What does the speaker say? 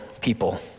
people